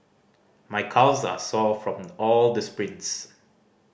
my calves are sore from all the sprints